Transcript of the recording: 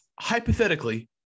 Hypothetically